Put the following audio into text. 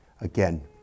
again